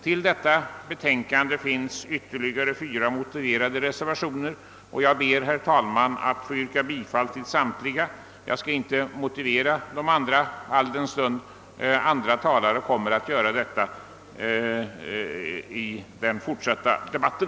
Vid detta betänkande finns ytterligare tre reservationer med särskilda yrkanden, och jag ber, herr talman, att få yrka bifall till samtliga. Jag skall inte motivera de andra, alldenstund övriga talare kommer att göra detta i den fortsatta debatten.